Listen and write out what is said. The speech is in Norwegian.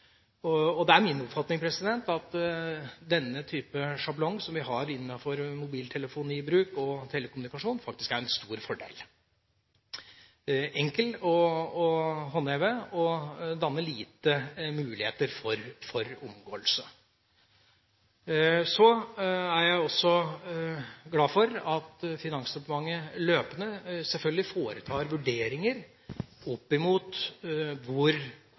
Det er min oppfatning at den type sjablong som vi har innenfor mobiltelefonibruk og telekommunikasjon, faktisk er en stor fordel. Den er enkel å håndheve og danner få muligheter for omgåelse. Så er jeg også glad for at Finansdepartementet – løpende selvfølgelig – foretar vurderinger av hvor